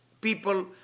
people